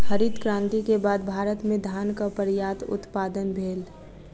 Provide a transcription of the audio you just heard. हरित क्रांति के बाद भारत में धानक पर्यात उत्पादन भेल